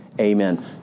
Amen